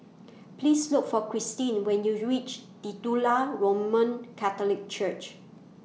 Please Look For Christine when YOU REACH Titular Roman Catholic Church